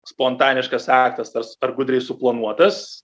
spontaniškas aktas ar ar gudriai suplanuotas